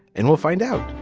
and we'll find out.